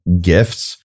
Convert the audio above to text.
gifts